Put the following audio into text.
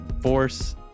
force